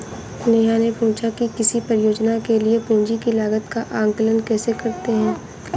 नेहा ने पूछा कि किसी परियोजना के लिए पूंजी की लागत का आंकलन कैसे करते हैं?